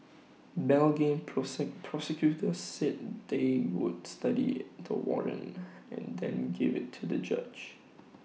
Belgian prosecutors said they would study the warrant and then give IT to the judge